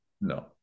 No